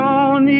on